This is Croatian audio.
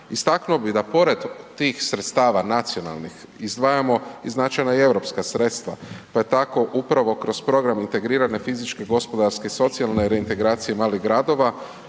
Istaknuo bi da pored tih sredstava nacionalnih izdvajamo i značajna europska sredstva pa je tako upravo kroz program integrirane fizičke, gospodarske i socijalne reintegracije malih gradova.